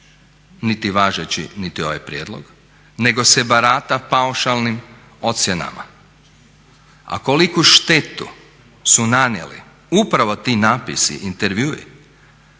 niti važeći niti ovaj prijedlog nego se barata paušalnim ocjenama, a koliku štetu su nanijeli upravo ti napisi, intervjui